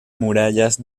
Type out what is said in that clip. murallas